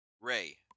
Ray